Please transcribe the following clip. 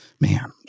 Man